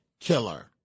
killer